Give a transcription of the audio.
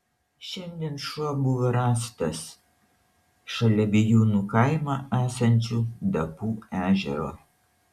šiandien šuo buvo rastas šalia bijūnų kaimo esančio dapų ežero